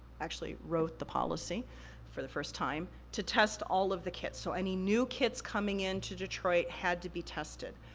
actually wrote the policy for the first time, to test all of the kits. so, any new kits coming into detroit had to be tested.